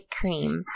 cream